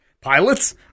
Pilots